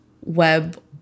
web